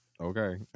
Okay